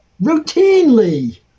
routinely